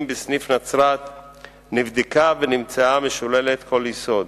בסניף נצרת נבדקה ונמצאה משוללת כל יסוד,